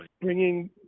bringing